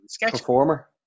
Performer